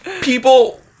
people